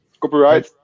copyright